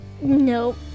Nope